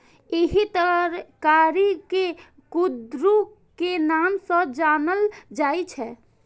एहि तरकारी कें कुंदरू के नाम सं जानल जाइ छै